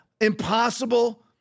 impossible